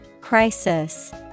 Crisis